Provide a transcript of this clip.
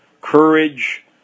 courage